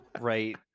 right